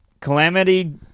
Calamity